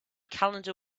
calendar